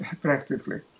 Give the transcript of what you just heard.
practically